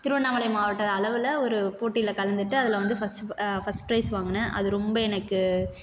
திருவண்ணாமலை மாவட்ட அளவில் ஒரு போட்டியில் கலந்துகிட்டு அதில் வந்து ஃபஸ்ட் ஃபஸ்ட் ப்ரைஸ் வாங்கினேன் அது ரொம்ப எனக்கு